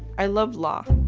i love law,